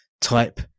type